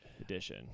edition